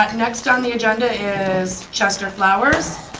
like next on the agenda is, chester flowers.